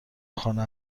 خانه